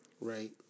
Right